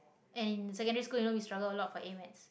and secondary school you know we struggle a lot for A-maths